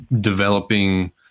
developing –